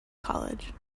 college